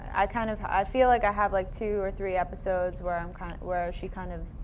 i kind of, i feel like i have like two or three episodes where i'm kind of, where she kind of